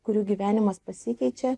kurių gyvenimas pasikeičia